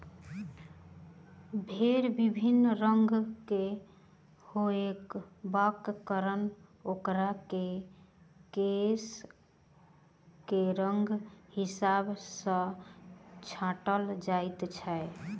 भेंड़ विभिन्न रंगक होयबाक कारणेँ ओकर केश के रंगक हिसाब सॅ छाँटल जाइत छै